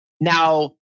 Now